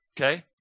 Okay